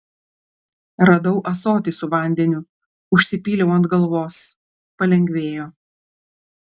radau ąsotį su vandeniu užsipyliau ant galvos palengvėjo